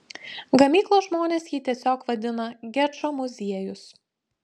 gamyklos žmonės jį tiesiog vadina gečo muziejus